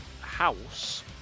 house